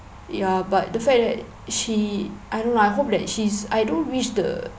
ya but the fact that she I don't know lah I hope that she's I don't wish the